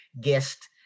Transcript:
guest